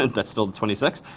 that's still twenty six.